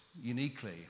uniquely